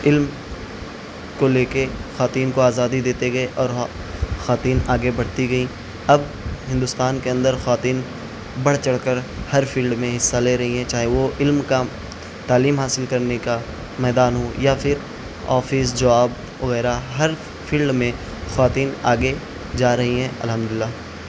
علم کو لے کے خواتین کو آزادی دیتے گئے اور ہاں خواتین آگے بڑھتی گئیں اب ہندوستان کے اندر خواتین بڑھ چڑھ کر ہر فیلڈ میں حصہ لے رہی ہیں چاہے وہ علم کا تعلیم حاصل کرنے کا میدان ہو یا پھر آفس جاب وغیرہ ہر فیلڈ میں خواتین آگے جا رہی ہیں الحمد للہ